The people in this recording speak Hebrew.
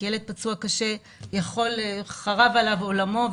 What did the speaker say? כי ילד פצוע קשה חרב עליו עולמו,